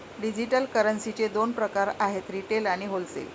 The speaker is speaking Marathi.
डिजिटल करन्सीचे दोन प्रकार आहेत रिटेल आणि होलसेल